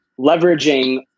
leveraging